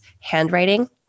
handwriting